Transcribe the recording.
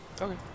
Okay